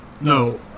No